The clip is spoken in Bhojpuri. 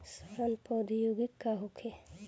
सड़न प्रधौगकी का होखे?